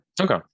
Okay